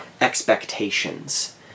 expectations